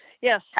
Yes